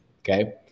Okay